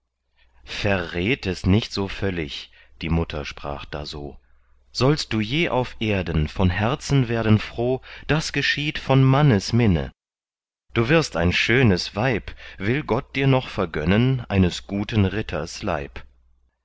verred es nicht so völlig die mutter sprach da so sollst du je auf erden von herzen werden froh das geschieht von mannesminne du wirst ein schönes weib will gott dir noch vergönnen eines guten ritters leib